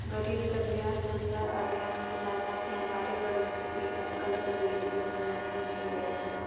गरीब कल्याण रोजगार अभियान की सहायता से हमारे पड़ोस के एक अंकल को रेलवे में नौकरी मिल गई थी